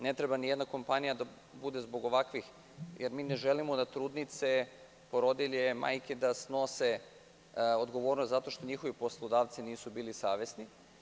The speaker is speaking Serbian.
Ne treba ni jedna kompanija da bude zbog ovakvih, jer mi ne želimo da trudnice, porodilje, majke da snose odgovornost zato što njihovi poslodavci nisu bili savesni.